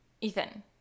Ethan